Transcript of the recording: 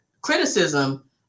criticism